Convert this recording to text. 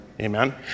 Amen